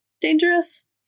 dangerous